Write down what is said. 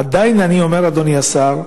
עדיין אני אומר, אדוני השר,